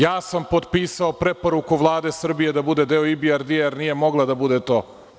Ja sam potpisao preporuku Vlade Srbije da bude deo IBRT jer nije mogla da bude to.